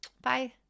Bye